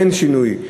אין שינוי.